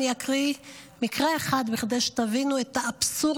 אני אקריא מקרה אחד כדי שתבינו את האבסורד